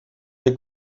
des